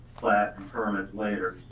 plat and permits later.